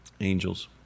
angels